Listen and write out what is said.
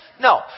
No